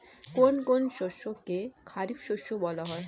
কোন কোন শস্যকে খারিফ শস্য বলা হয়?